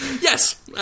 Yes